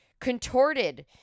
contorted